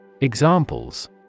Examples